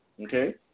Okay